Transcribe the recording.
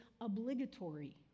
obligatory